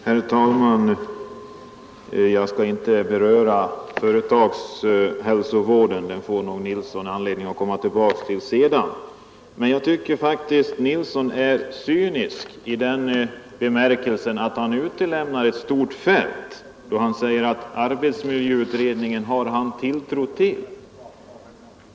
Herr talman! Jag skall inte beröra företagshälsovården. Den får herr Nilsson i Växjö anledning att komma tillbaka till sedan. Jag tycker emellertid att herr Nilsson faktiskt är cynisk i den bemärkelsen att han utelämnar ett stort fält då han säger att han har tilltro till arbetsmiljöutredningen.